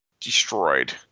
destroyed